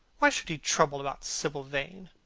why should he trouble about sibyl vane?